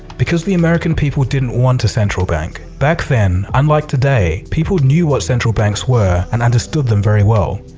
because the american people didn't want a central bank. back then, unlike today, people knew what central banks were and understood them very well.